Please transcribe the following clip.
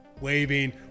waving